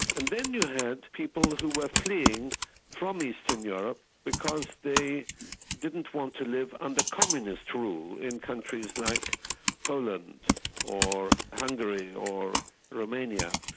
and then you had people who were fleeing from eastern europe because they didn't want to live under communist rule in countries like poland or hungary or romania.